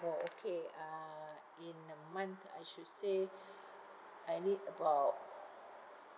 orh okay uh in a month I should say I need about